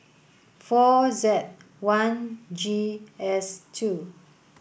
four Z one G S two